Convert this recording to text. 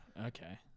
Okay